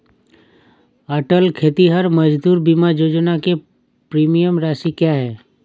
अटल खेतिहर मजदूर बीमा योजना की प्रीमियम राशि क्या है?